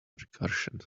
recursion